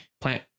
plant